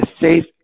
safe